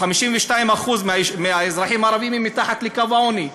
52% מהאזרחים הערבים הם מתחת לקו העוני.